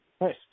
Nice